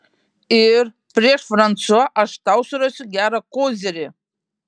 ir prieš fransua aš tau surasiu gerą kozirį